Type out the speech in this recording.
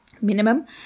minimum